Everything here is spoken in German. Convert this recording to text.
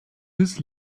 des